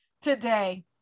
today